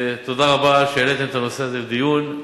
תודה רבה על שהעליתם את הנושא הזה לדיון.